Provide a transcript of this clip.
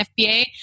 FBA